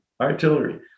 artillery